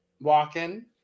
walking